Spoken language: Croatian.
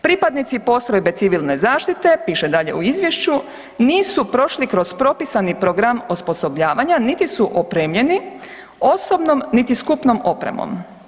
Pripadnici postrojbe civilne zaštite“, piše dalje u izvješću: „nisu prošli kroz propisani program osposobljavanja, niti su opremljeni osobnom, niti skupnom opremom.